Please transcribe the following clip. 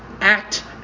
act